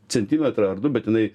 centimetrą ar du bet jinai